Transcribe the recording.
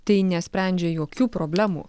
tai nesprendžia jokių problemų